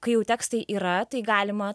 kai jau tekstai yra tai galima